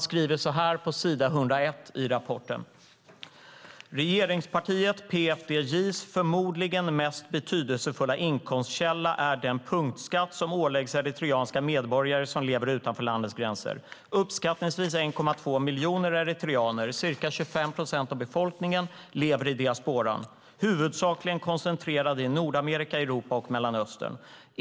På s. 101 i rapporten skriver man: Regeringspartiet PFDJ:s förmodligen mest betydelsefulla inkomstkälla är den punktskatt som åläggs eritreanska medborgare som lever utanför landets gränser. Uppskattningsvis 1,2 miljoner eritreaner - ca 25 procent av befolkningen - lever i diasporan, huvudsakligen koncentrerad i Nordamerika, Europa och Mellanöstern.